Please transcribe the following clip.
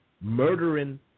murdering